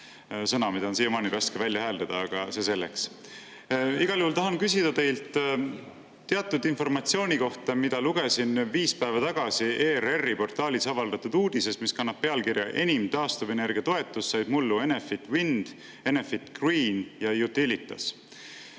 Sõna, mida on siiamaani raske välja hääldada, aga see selleks. Igal juhul tahan küsida teilt teatud informatsiooni kohta, mida lugesin viis päeva tagasi ERR-i portaalis avaldatud uudisest, mis kannab pealkirja "Enim taastuvenergia toetust said mullu Enefit Wind, Enefit Green ja Utilitas".